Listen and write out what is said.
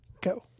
Go